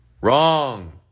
Wrong